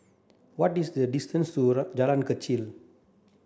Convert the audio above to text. what is the distance to Jalan Kechil